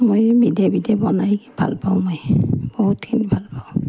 মই বিধে বিধে বনাই ভালপাওঁ মই বহুতখিনি ভালপাওঁ